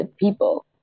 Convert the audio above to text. people